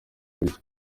buryo